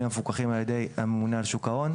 המפוקחים על ידי הממונה על שוק ההון.